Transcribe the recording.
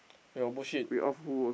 your bullshit